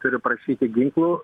turi prašyti ginklų